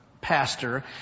pastor